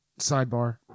Sidebar